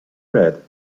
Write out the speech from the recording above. red